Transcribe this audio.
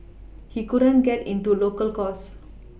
he couldn't get into local course